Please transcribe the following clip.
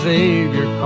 Savior